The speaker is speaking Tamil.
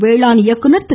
வேளாண் இயக்குநர் திரு